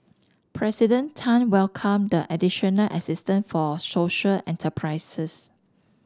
President Tan welcomed the additional assistance for social enterprises